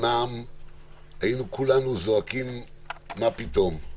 כתיקונם כולנו היינו זועקים "מה פתאום".